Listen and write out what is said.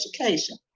education